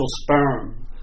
sperm